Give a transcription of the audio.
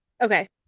okay